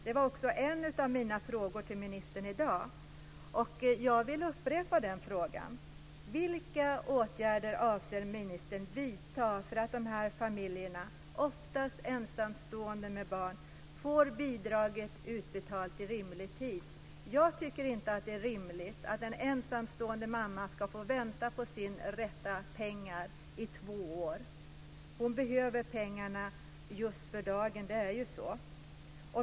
Det var också en av mina frågor till ministern i dag, och jag vill upprepa den frågan: Vilka åtgärder avser ministern vidta för att de här familjerna, oftast ensamstående med barn, får bidraget utbetalt i rimlig tid? Jag tycker inte att det är rimligt att en ensamstående mamma ska få vänta på sina rättmätiga pengar i två år. Hon behöver pengarna just för dagen; det är ju så.